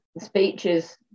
speeches